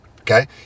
Okay